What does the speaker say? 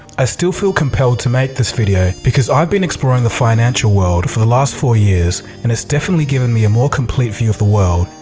i still feel compelled to make this video because i've been exploring the financial world for the last four years and it has definitely given me a more complete view of the world.